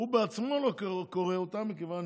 הוא בעצמו לא קורא אותם, מכיוון